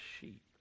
sheep